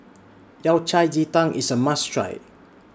Yao Cai Ji Tang IS A must Try